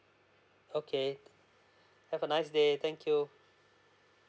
okay have a nice day thank you